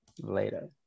Later